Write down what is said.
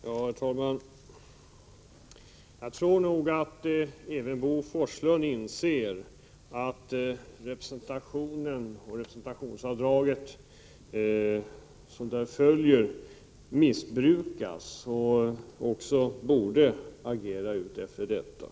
Herr talman! Jag tror nog att även Bo Forslund inser att representationen och representationsavdraget som därav följer missbrukas. Han borde agera utifrån detta.